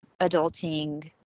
adulting